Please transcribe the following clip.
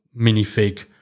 minifig